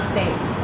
States